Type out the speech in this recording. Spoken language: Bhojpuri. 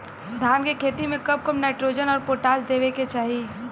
धान के खेती मे कब कब नाइट्रोजन अउर पोटाश देवे के चाही?